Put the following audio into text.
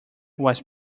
was